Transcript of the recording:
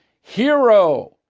hero